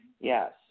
yes